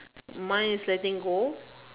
mine is letting go